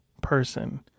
person